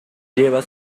llevan